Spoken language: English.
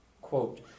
quote